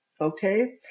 okay